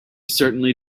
certainly